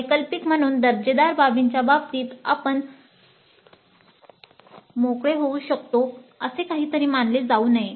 वैकल्पिक म्हणून दर्जेदार बाबींच्या बाबतीत आपण मोकळे होऊ शकतो असे काहीतरी मानले जाऊ नये